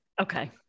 Okay